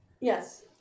Yes